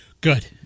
Good